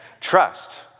trust